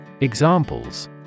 Examples